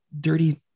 dirty